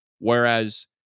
Whereas